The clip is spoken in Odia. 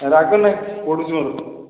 ରାଗ ନାହିଁ ପୋଡ଼ୁଛି ମୋର